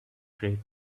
great